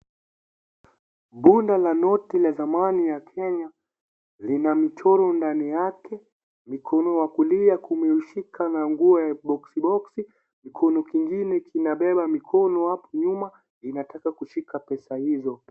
Bunda la noti la zamani ya Kenya lina michoro ndani yake, mkono wa kulia kumefika na nguo ya boksi boksi, mkono kingine kinabeba mkono hapo nyuma inataka kushika pesa hizo.